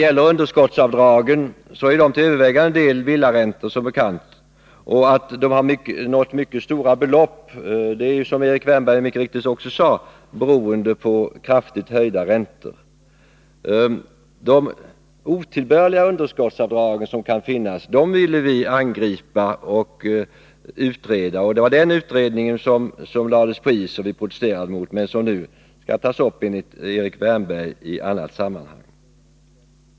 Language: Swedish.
Men underskottsavdragen gäller ju som bekant till övervägande del villaräntor. De har nått mycket stora belopp. Detta, som Erik Wärnberg mycket riktigt sade, beror på kraftigt höjda räntor. De otillbörliga underskottsavdrag som kan finnas ville vi angripa och utreda. Det var den utredningen som lades på is, vilket vi protesterade mot. Frågan skall nu; enligt Erik Wärnberg, tas upp i annat sammanhang.